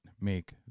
make